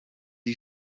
you